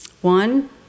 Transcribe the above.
One